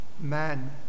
man